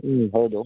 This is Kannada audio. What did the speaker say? ಹ್ಞೂ ಹೌದು